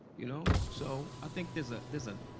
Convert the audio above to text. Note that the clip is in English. you know? so, i think there's a there's a